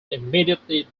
immediately